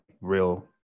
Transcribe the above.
real